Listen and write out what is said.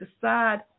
decide